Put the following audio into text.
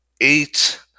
eight